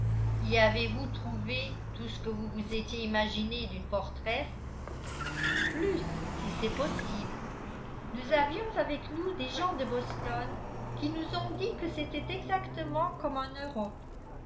y avez-vous trouvé tout ce que vous vous étiez imaginé d'une forteresse plus si c'est possible nous avions avec nous des gens de boston qui nous ont dit que c'était exactement comme en europe